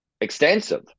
extensive